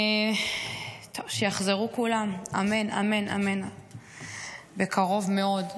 טוב, שיחזרו כולם בקרוב מאוד,